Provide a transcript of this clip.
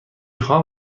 خواهم